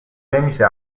نمیشه